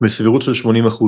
בסבירות של 80%,